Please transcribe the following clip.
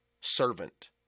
servant